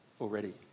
already